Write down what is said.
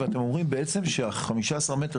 אתם אומרים בעצם ש-15 המטרים